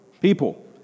people